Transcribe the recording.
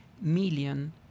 million